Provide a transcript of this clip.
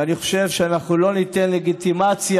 ואני חושב שלא ניתן לגיטימציה,